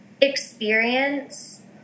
experience